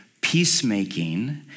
peacemaking